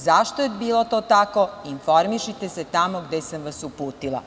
Zašto je bilo to tako, informišite se tamo gde sam vas uputila.